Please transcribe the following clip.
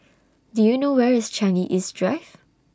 Do YOU know Where IS Changi East Drive